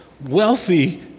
wealthy